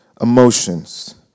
emotions